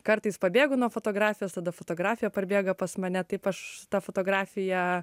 kartais pabėgu nuo fotografijos tada fotografija parbėga pas mane taip aš tą fotografiją